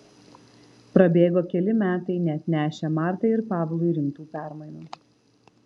prabėgo keli metai neatnešę martai ir pavlui rimtų permainų